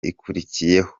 ikurikiyeho